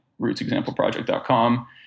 rootsexampleproject.com